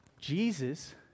Jesus